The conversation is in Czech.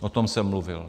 O tom jsem mluvil.